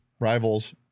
rivals